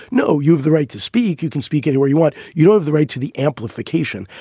no, you've the right to speak. you can speak anywhere you want. you know have the right to the amplification.